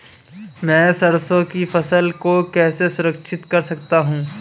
मैं सरसों की फसल को कैसे संरक्षित कर सकता हूँ?